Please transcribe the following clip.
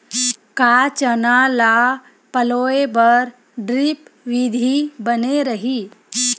का चना ल पलोय बर ड्रिप विधी बने रही?